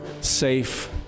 safe